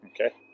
Okay